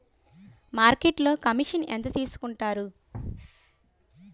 మార్కెట్లో కమిషన్ ఎంత తీసుకొంటారు?